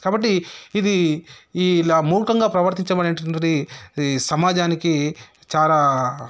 కాబట్టి ఇది ఇలా మూర్ఖంగా ప్రవర్తించడం అనేటటువంటిది ఇది సమాజానికి చాలా